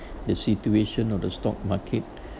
the situation or the stock market